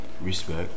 Respect